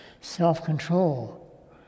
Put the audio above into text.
self-control